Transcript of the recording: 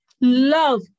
Love